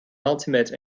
ultimate